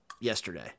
yesterday